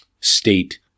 state